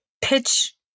pitch